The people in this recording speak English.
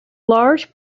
large